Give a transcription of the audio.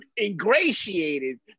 ingratiated